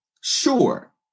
sure